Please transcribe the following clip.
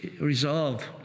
resolve